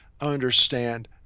understand